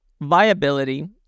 viability